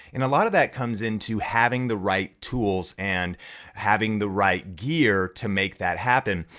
and a lot of that comes into having the right tools and having the right gear to make that happen.